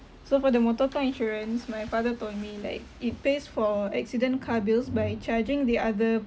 so for the motorcar insurance my father told me like it pays for accident car bills by charging the other